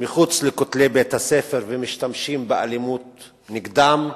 מחוץ לכותלי בית-הספר ומשתמשים באלימות נגדם,